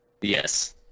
Yes